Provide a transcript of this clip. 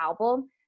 album